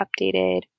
updated